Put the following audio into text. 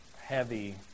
heavy